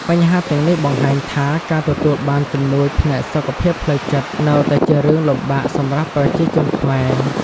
បញ្ហាទាំងនេះបង្ហាញថា ការទទួលបានជំនួយផ្នែកសុខភាពផ្លូវចិត្តនៅតែជារឿងលំបាកសម្រាប់ប្រជាជនខ្មែរ។